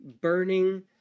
burning